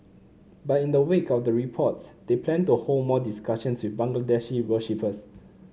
but in the wake of the reports they plan to hold more discussions with Bangladeshi worshippers